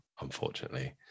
unfortunately